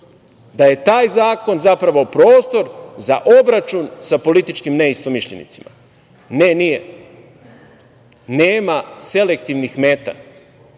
da je taj zakon zapravo prostor za obračun sa političkim neistomišljenicima. Ne, nije. Nema selektivnih meta.